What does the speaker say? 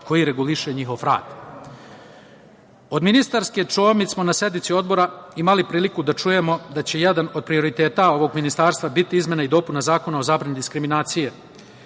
koji reguliše njihov rad. Od ministarke Čomić smo na sednici Odbora imali priliku da čujemo da će jedan od prioriteta ovog Ministarstva biti izmena i dopuna Zakona o zabrani diskriminacije.